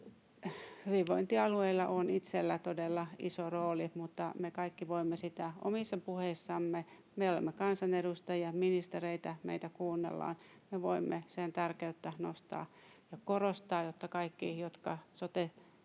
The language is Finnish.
hyvinvointialueilla on itsellään todella iso rooli, mutta me kaikki voimme omissa puheissamme — me olemme kansanedustajia, ministereitä, meitä kuunnellaan — sen tärkeyttä nostaa ja korostaa, jotta kaikki, jotka sote-